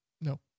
No